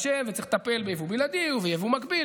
אז משרד הבריאות בא לשמור שזה רכיבים